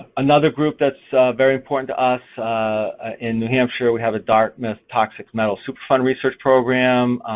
another group that's very important to us in new hampshire we have a dartmouth toxic metal superfund research program,